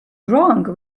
wrong